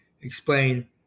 explain